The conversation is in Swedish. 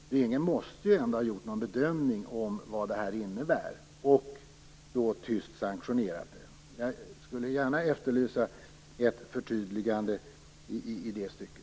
Regeringen måste ju ändå ha gjort någon bedömning av vad detta innebär och tyst ha sanktionerat detta. Jag efterlyser ett förtydligande i det stycket.